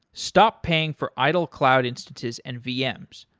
stop paying for idle cloud instances and vms.